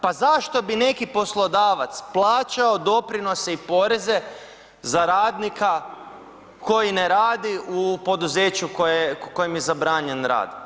Pa zašto bi neki poslodavac plaćao doprinose i poreze za radnika koji ne radi u poduzeću koje, kojem je zabranjen rad.